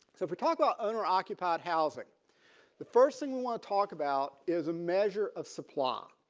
so if we talk about owner occupied housing the first thing we want to talk about is a measure of supply.